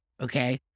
Okay